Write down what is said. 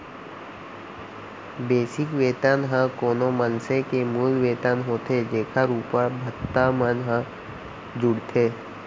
basic वेतन ह कोनो मनसे के मूल वेतन होथे जेखर उप्पर भत्ता मन ह जुड़थे